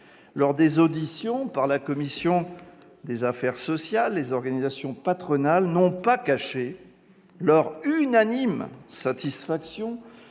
Lors des auditions menées par la commission des affaires sociales, les organisations patronales n'ont pas caché leur satisfaction